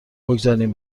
بگذاریم